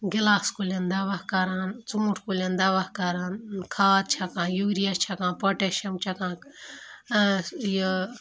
glass کُلٮ۪ن دَوا کَران ژوٗںٛتھۍ کُلٮ۪ن دَوا کَران کھاد چھَکان یوٗریا چھَکان پۄٹیشیَم چھَکان یہِ